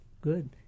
Good